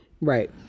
Right